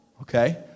okay